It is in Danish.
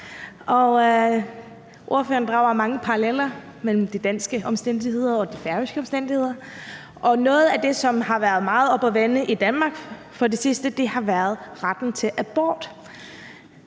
ordføreren drager mange paralleller mellem de danske omstændigheder og de færøske omstændigheder, og noget af det, som har været meget oppe at vende i Danmark på det sidste, har været retten til abort.